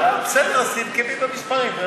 בסדר, אז תנקבי במספרים.